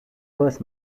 first